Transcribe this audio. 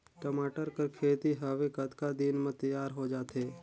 टमाटर कर खेती हवे कतका दिन म तियार हो जाथे?